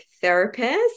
therapist